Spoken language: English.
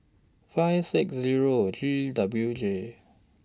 five six Zero G W J